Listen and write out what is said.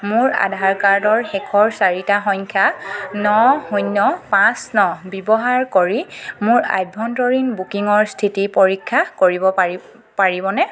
মোৰ আধাৰ কাৰ্ডৰ শেষৰ চাৰিটা সংখ্যা ন শূন্য পাঁচ ন ব্যৱহাৰ কৰি মোৰ আভ্যন্তৰীণ বুকিঙৰ স্থিতি পৰীক্ষা কৰিব পাৰি পাৰিবনে